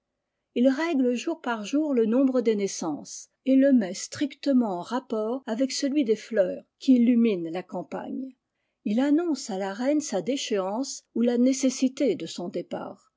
il règle jour par jour le nombre des naissances et le met strictement en rapport avec celui des fleurs qui illuminent la campagne il annonce à la reine sa déchéance ou la nécessité de son départ